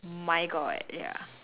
my god ya